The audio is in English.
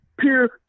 peer